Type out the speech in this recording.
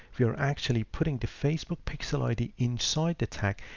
if you're actually putting the facebook pixel id inside the tag,